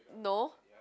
no